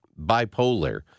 bipolar